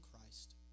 Christ